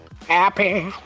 Happy